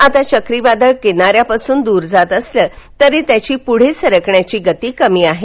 आता चक्रीवादळ किनाऱ्यापासून दूर जात असलं तरी त्याची पुढे सरकण्याची गती कमी आहे